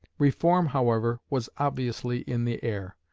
reform, however, was obviously in the air.